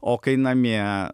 o kai namie